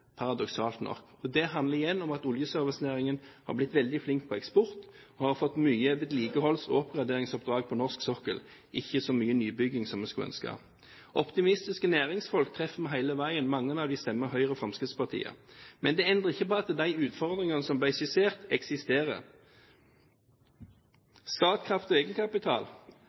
paradoksalt nok. Det handler igjen om at man i oljeservicenæringen har blitt veldig flinke med hensyn til eksport og har fått mange vedlikeholds- og oppgraderingsoppdrag på norsk sokkel, ikke så mye nybygging som vi skulle ønske. Optimistiske næringsfolk treffer vi hele veien. Mange av dem stemmer Høyre og Fremskrittspartiet. Men det endrer ikke på at de utfordringene som ble skissert, eksisterer. Statkraft og egenkapital: